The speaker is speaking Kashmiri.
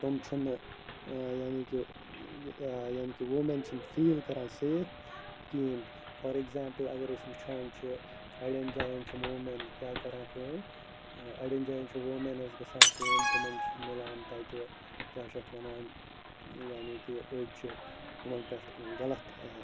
تِم چھِنہٕ یعنی کہِ یعنی کہِ وومین چھَنہٕ فیل کَران سیف کِہیٖنۍ فار ایٚکزامپٕل اگر أسۍ وٕچھان چھِ اَڑٮ۪ن جاین چھِ وومین کیٛاہ کَران کٲم اَڑٮ۪ن جاین چھِ وومینس گَژھان کٲم تِمن چھُ مٮ۪لان تَتہِ کیٛاہ چھِ اتھ وَنان یعنی کہِ أڑۍ چھِ یِمن پٮ۪ٹھ غلط